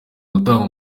gutanga